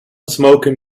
smoking